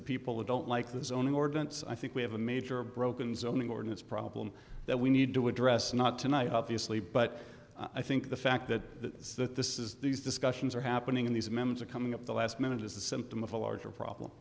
that people who don't like the zoning ordinance i think we have a major broken zoning ordinance problem that we need to address not tonight obviously but i think the fact that this is these discussions are happening in these memes are coming at the last minute is a symptom of a larger problem